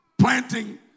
Planting